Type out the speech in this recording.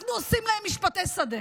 ואנחנו עושים להם משפטי שדה.